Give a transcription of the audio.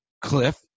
Cliff